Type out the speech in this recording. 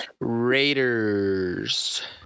Raiders